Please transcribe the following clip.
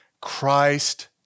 Christ